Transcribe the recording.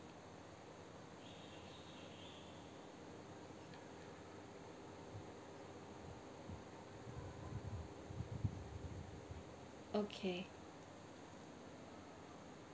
okay